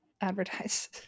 advertise